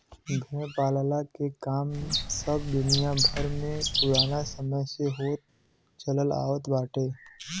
भेड़ पालला के काम सब दुनिया भर में पुराना समय से होत चलत आवत बाटे